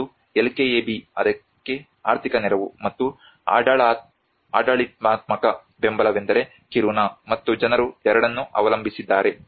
ಒಂದು LKAB ಅದಕ್ಕೆ ಆರ್ಥಿಕ ನೆರವು ಮತ್ತು ಆಡಳಿತಾತ್ಮಕ ಬೆಂಬಲವೆಂದರೆ ಕಿರುನಾ ಮತ್ತು ಜನರು ಎರಡನ್ನೂ ಅವಲಂಬಿಸಿದ್ದಾರೆ